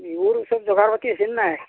বিহুৰ পিছে যোগাৰ পাতি হৈছে নে নাই